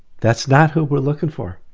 that's not who we're looking for,